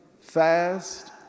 fast